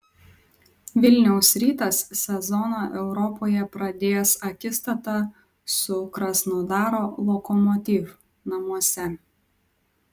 vilniaus rytas sezoną europoje pradės akistata su krasnodaro lokomotiv namuose